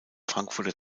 frankfurter